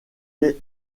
les